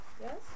Yes